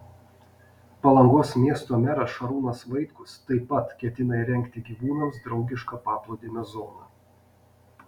palangos miesto meras šarūnas vaitkus taip pat ketina įrengti gyvūnams draugišką paplūdimio zoną